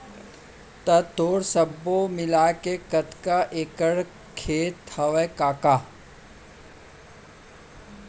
त तोर सब्बो मिलाके कतका एकड़ खेत हवय कका?